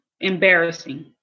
embarrassing